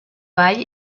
vall